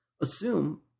Assume